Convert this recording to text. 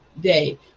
day